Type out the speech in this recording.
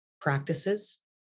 practices